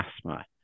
asthma